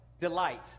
delight